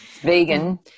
vegan